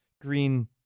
green